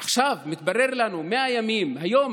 עכשיו מתברר לנו היום,